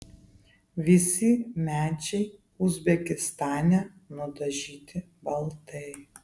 visi medžiai uzbekistane nudažyti baltai